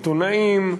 עיתונאים,